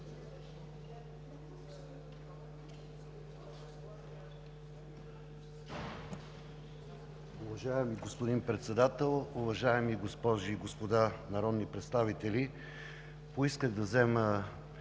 Уважаеми господин Председател, уважаеми госпожи и господа народни представители! Поисках да взема